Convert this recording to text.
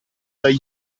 dai